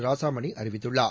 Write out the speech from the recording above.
ராசாமணி அறிவித்துள்ளார்